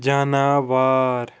جاناوار